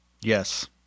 Yes